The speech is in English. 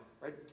right